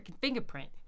fingerprint